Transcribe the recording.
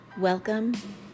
Welcome